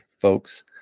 folks